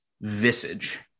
visage